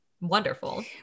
wonderful